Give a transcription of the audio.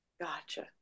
Gotcha